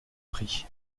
prix